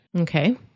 Okay